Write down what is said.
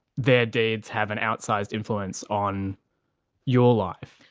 their deeds have an outsized influence on your life.